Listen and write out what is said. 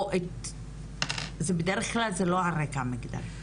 או את זה בדרך-כלל לא על רקע מגדרי,